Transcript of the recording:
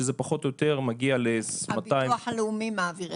שזה פחות או יותר מגיע ל-200 --- הביטוח הלאומי מעביר.